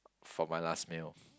for my last meal